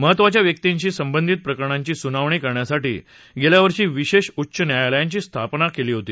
महत्वाच्या व्यक्तींशी संबंधित प्रकरणांची सुनावणी करण्यासाठी गेल्या वर्षी विशेष उच्च न्यायालयांची स्थापना केली होती